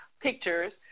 pictures